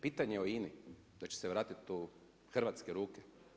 Pitanje o INA-i, da će se vratiti u hrvatske ruke?